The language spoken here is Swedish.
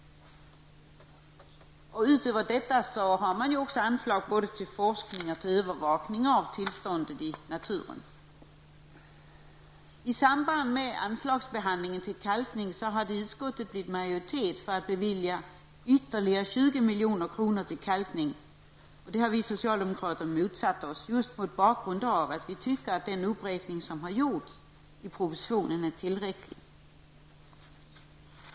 Utöver detta anslag finns också på andra anslag medel till forskning kring försurning och till övervakning av försurningstillståndet i naturen. I samband med anslagsbehandlingen till kalkning har det i utskottet blivit majoritet för att bevilja ytterligare 20 milj.kr. till kalkning. Det har vi socialdemokrater motsatt oss mot bakgrund att vi anser att den uppräkning som har gjorts i propositionen är tillräcklig.